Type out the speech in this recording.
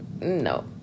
no